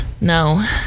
No